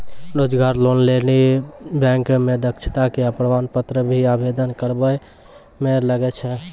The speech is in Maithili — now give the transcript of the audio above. रोजगार लोन लेली बैंक मे दक्षता के प्रमाण पत्र भी आवेदन करबाबै मे लागै छै?